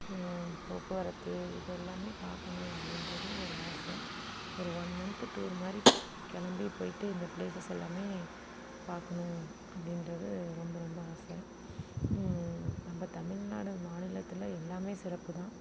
போக்குவரத்து இதெல்லாமே பார்க்கணும் அப்படின்றது ஒரு ஆசை ஒரு ஒன் மந்த்து டூர் மாதிரி கிளம்பி போயிட்டு இந்த ப்ளேஸஸ் எல்லாமே பார்க்கணும் அப்படின்றது ரொம்ப ரொம்ப ஆசை நம்ம தமிழ்நாடு மாநிலத்தில் எல்லாமே சிறப்பு தான்